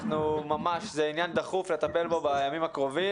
זה עניין דחוף לטפל בו בימים הקרובים.